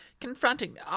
Confronting